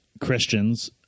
Christians